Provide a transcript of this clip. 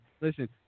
listen